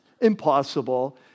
Impossible